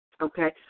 Okay